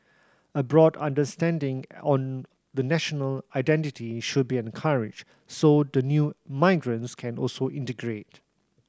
a broad understanding on the national identity should be encouraged so the new migrants can also integrate